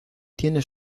tiene